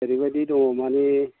ओरैबायदि दङ माने